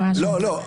לא.